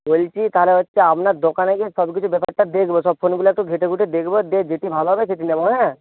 বলছি তাহলে হচ্ছে আপনার দোকানে গিয়ে সবকিছু ব্যাপারটা দেখবো সব ফোনগুলো একটু ঘেঁটেঘুটে দেখবো দিয়ে যেটি ভালো হবে সেটি নেবো হ্যাঁ